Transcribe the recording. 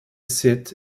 seat